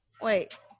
wait